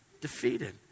Defeated